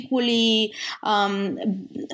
equally